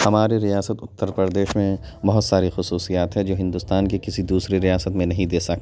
ہماری ریاست اتر پردیش میں بہت ساری خصوصیات ہے جو ہندوستان کی کسی دوسرے ریاست میں نہیں دیساک